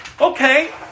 Okay